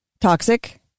toxic